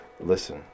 listen